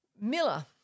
Miller